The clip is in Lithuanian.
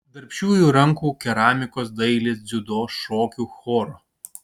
darbščiųjų rankų keramikos dailės dziudo šokių choro